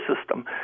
system